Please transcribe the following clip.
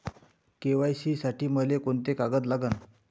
KYC साठी मले कोंते कागद लागन?